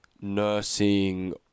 nursing